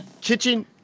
kitchen